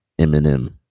Eminem